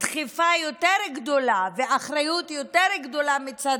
דחיפה יותר גדולה ואחריות יותר גדולה מצד